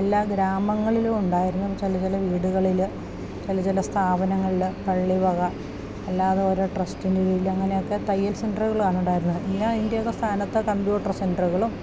എല്ലാ ഗ്രാമങ്ങളിലും ഉണ്ടായിരുന്നു ചില ചില വീടുകളില് ചില ചില സ്ഥാപനങ്ങളില് പള്ളി വക അല്ലാതെ ഓരോ ട്രസ്ടിൻ്റ കീഴിലും അങ്ങനെ ഒക്കെ തയ്യൽ സെൻ്ററുകളാണുണ്ടായിരുന്നത് ഇന്ന് ഇതിൻ്റക്കെ സ്ഥാനത്ത് കമ്പ്യൂട്ടർ സെൻ്ററുകളും